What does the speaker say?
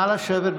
נא לשבת,